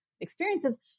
experiences